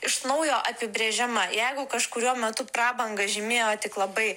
iš naujo apibrėžiama jeigu kažkuriuo metu prabangą žymėjo tik labai